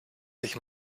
sich